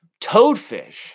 Toadfish